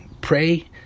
pray